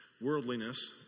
Worldliness